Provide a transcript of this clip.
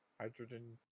Hydrogen